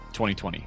2020